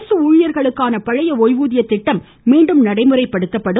அரசு ஊழியர்களுக்கான பழைய ஓய்வூதிய திட்டம் மீண்டும் நடைமுறைப்படுத்தப்படும்